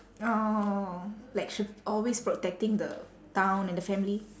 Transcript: orh like she always protecting the town and the family